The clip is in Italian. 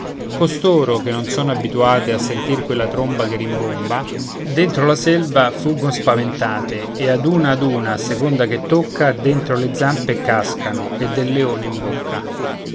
costoro che non sono abituate a sentir quella tromba che rimbomba dentro la selva fuggon spaventate e ad una ad una a seconda che tocca dentro le zampe cascano e del leone in bocca